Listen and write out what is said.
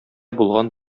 булган